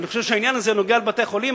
אני חושב שהעניין הזה נוגע לבתי-החולים.